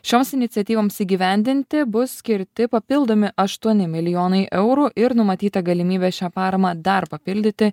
šios iniciatyvoms įgyvendinti bus skirti papildomi aštuoni milijonai eurų ir numatyta galimybė šią paramą dar papildyti